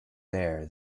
bear